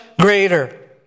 greater